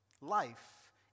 Life